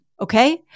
okay